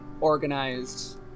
organized